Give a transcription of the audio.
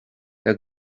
der